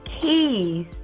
keys